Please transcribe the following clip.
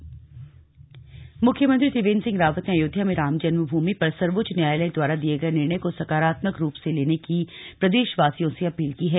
CM on Ayodhya मुख्यमंत्री त्रिवेन्द्र सिंह रावत ने अयोध्या में राम जन्म भूमि पर सर्वोच्च न्यायालय द्वारा दिये गये निर्णय को सकारात्मक रूप से लेने की प्रदेश वसियों से अपील की है